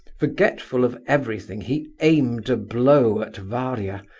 forgetful of everything he aimed a blow at varia,